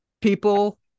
people